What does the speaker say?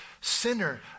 Sinner